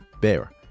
Bear